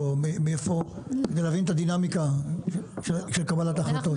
כדי להבין את הדינמיקה של קבלת ההחלטות.